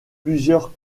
plusieurs